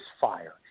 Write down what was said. fire